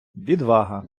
відвага